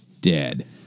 dead